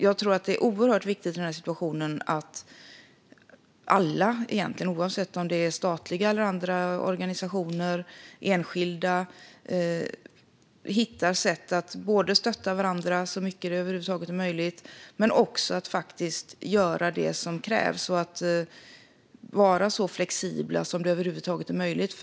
Jag tror att det i den här situationen är oerhört viktigt att alla, oavsett om det är statliga eller andra organisationer eller enskilda, hittar sätt att både stötta varandra så mycket det över huvud taget är möjligt och faktiskt göra det som krävs och vara så flexibla som möjligt.